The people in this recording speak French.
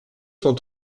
cent